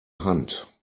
hand